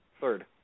Third